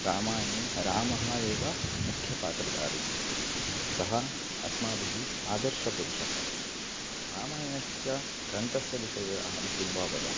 रामायणे रामः एव मुख्यः पात्रधारी सः अस्माभिः आदर्शपुरुषः रामायणस्य ग्रन्थस्य विषये अहं किं वा वदामि